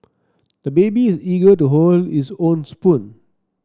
the baby is eager to hold his own spoon